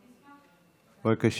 בבקשה.